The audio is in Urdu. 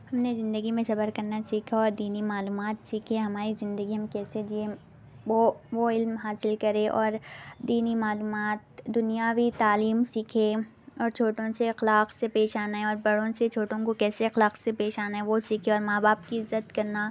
ہم نے زندگی میں صبر کرنا سیکھا اور دینی معلومات سیکھی ہمارے زندگی میں کیسے جیے وہ وہ علم حاصل کرے اور دینی معلومات دُنیاوی تعلیم سیکھے اور چھوٹوں سے اخلاق سے پیش آنے اور بڑوں سے چھوٹوں کو کیسے اخلاق سے پیش آنے وہ سیکھیں اور ماں باپ کی عزت کرنا